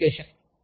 communication